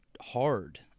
hard